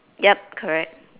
yup correct